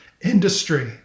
industry